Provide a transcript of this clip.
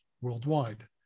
worldwide